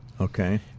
Okay